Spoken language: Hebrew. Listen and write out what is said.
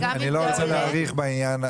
אני לא רוצה להאריך בעניין,